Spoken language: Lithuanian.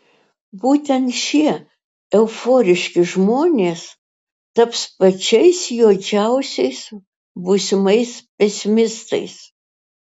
būtent šie euforiški žmonės taps pačiais juodžiausiais būsimais pesimistais